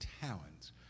talents